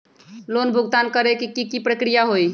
Loan भुगतान करे के की की प्रक्रिया होई?